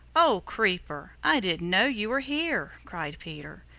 oh, creeper, i didn't know you were here! cried peter.